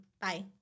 Bye